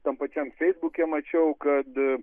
tam pačiam feisbuke mačiau kad